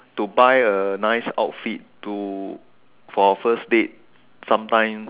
to buy a nice outfit to for a first date sometime